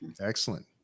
excellent